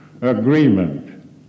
agreement